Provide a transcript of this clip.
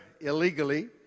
illegally